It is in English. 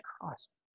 Christ